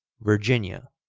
virginia,